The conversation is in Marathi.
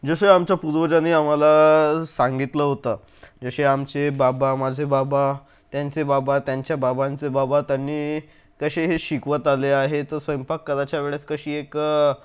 जसे आमच्या पूर्वजानी आम्हाला सांगितलं होतं जसे आमचे बाबा माझे बाबा त्यांचे बाबा त्यांच्या बाबांचे बाबा त्यांनी कसे हे शिकवत आले आहेत स्वयंपाक करायच्या वेळेस कशी एक